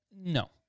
No